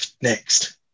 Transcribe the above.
next